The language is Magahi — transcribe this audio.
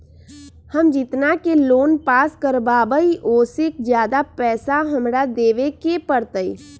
हम जितना के लोन पास कर बाबई ओ से ज्यादा पैसा हमरा देवे के पड़तई?